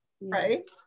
Right